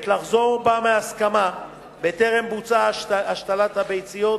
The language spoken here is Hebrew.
לחזור בה מהסכמה בטרם בוצעה השתלת הביציות,